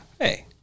Hey